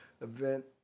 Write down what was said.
event